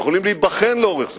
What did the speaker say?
יכולים להיבחן לאורך זמן,